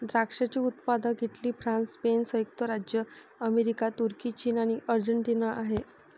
द्राक्षाचे उत्पादक Italy, France, Spain, संयुक्त राज्य अमेरिका, तुर्की, चीन आणि अर्जेंटिना आहे